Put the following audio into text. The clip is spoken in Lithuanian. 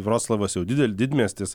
vroclavas jau didel didmiestis